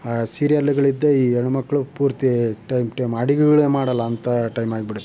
ಆ ಸೀರಿಯಲ್ಗಳಿಂದ ಈ ಹೆಣ್ಣುಮಕ್ಳಳು ಪೂರ್ತಿ ಟೈಮ್ ಟೈಮ್ ಅಡುಗೆಗಳೇ ಮಾಡೋಲ್ಲ ಅಂತ ಟೈಮ್ ಆಗ್ಬಿಡುತ್ತೆ